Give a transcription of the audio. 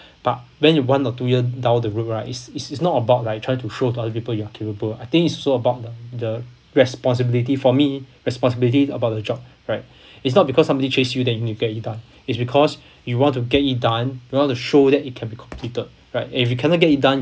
but when you one or two year down the road right is is is not about like you try to show to other people you are capable I think it's also about the the responsibility for me responsibility about the job right it's not because somebody chase you then you need to get it done it's because you want to get it done you want to show that it can be completed right and if you cannot get it done